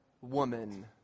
woman